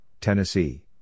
Tennessee